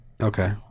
Okay